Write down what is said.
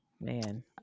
Man